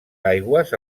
aigües